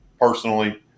personally